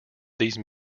these